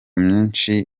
myinshi